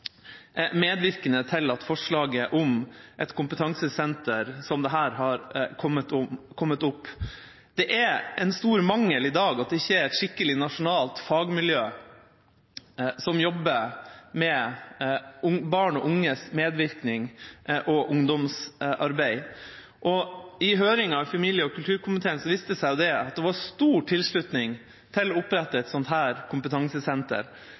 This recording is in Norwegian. medvirkende til at forslaget om et kompetansesenter som det vi i dag diskuterer, har kommet opp. Det er i dag en stor mangel at det ikke er et skikkelig nasjonalt fagmiljø som jobber med barn og unges medvirkning og med ungdomsarbeid. I høringen i familie- og kulturkomiteen viste det seg at det var stor tilslutning å opprette et slikt kompetansesenter.